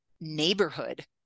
neighborhood